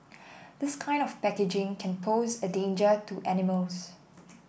this kind of packaging can pose a danger to animals